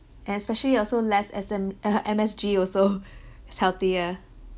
especially also less S_M uh M_S_G also it's healthier